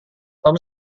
tom